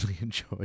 enjoy